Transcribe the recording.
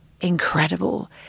incredible